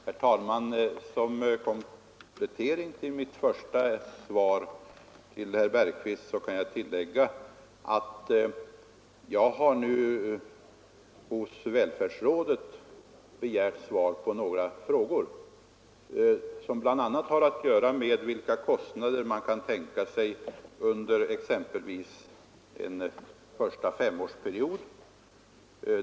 Herr talman! Som komplettering av mitt svar till herr Bergqvist kan jag tillägga att jag hos välfärdsrådet har begärt svar på några frågor, som bl.a. har att göra med vilka kostnader man kan tänka sig under exempelvis den första femårsperioden.